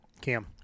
Cam